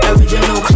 Original